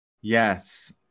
yes